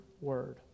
word